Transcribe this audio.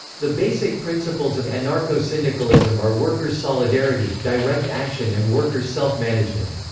the basic principles of anarcho-syndicalism are workers' solidarity, direct action and workers' self-management.